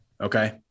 Okay